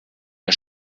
der